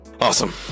Awesome